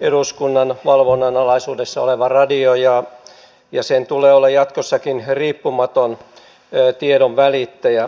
eduskunnan valvonnan alaisuudessa oleva radio ja sen tulee olla jatkossakin riippumaton tiedonvälittäjä